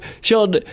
Sean